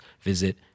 visit